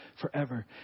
forever